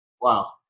Wow